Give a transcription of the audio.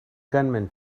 gunman